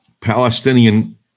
Palestinian